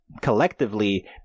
collectively